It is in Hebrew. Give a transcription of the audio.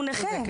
הוא נכה.